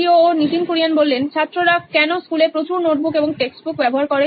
Nitin Kurien C O O নইন electronics ছাত্ররা কেনো স্কুলে প্রচুর নোটবুক এবং টেক্সটবুক ব্যবহার করে